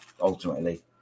ultimately